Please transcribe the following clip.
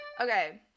okay